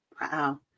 Wow